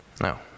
No